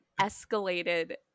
escalated